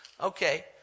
Okay